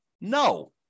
No